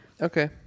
Okay